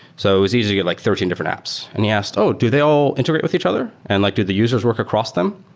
so it was easy to get like thirteen different apps, and he asked, oh, do they all integrate with each other and like to the users work across them?